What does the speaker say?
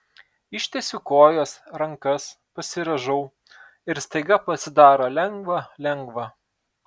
ištiesiu kojas rankas pasirąžau ir staiga pasidaro lengva lengva